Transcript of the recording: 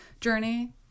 journey